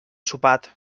sopat